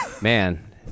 man